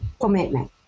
commitment